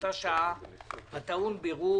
שתחקור בעניין ותמסור לה דין וחשבון.